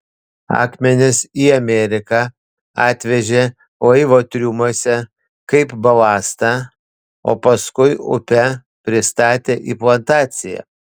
akmenis į ameriką atvežė laivo triumuose kaip balastą o paskui upe pristatė į plantaciją